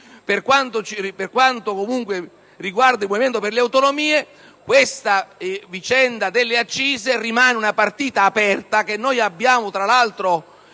Per quanto riguarda il Movimento per le Autonomie, questa vicenda delle accise rimane una partita aperta che abbiamo, tra l'altro,